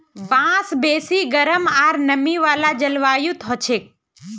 बांस बेसी गरम आर नमी वाला जलवायुत हछेक